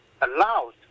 allowed